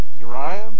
Uriah